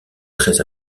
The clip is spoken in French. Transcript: très